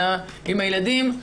אלא עם הילדים.